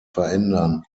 verändern